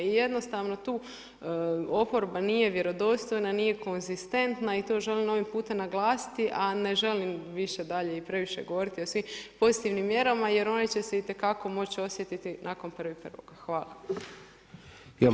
I jednostavno tu oporba nije vjerodostojna, nije konzistentan i to želim ovim putem naglasiti, a ne želim više dalje i previše govoriti o svim pozitivnim mjerama, jer one će se itekako moći osjetiti nakon 1.1.